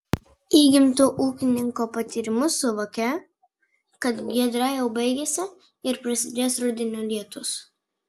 įgimtu ūkininko patyrimu suvokė kad giedra jau baigiasi ir prasidės rudenio lietūs